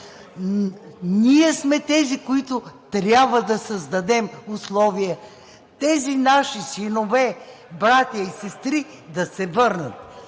Ние сме тези, които трябва да създадем условия тези наши синове, братя и сестри да се върнат.